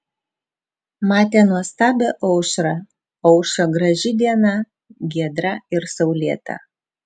matė nuostabią aušrą aušo graži diena giedra ir saulėta